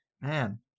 Man